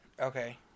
Okay